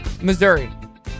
Missouri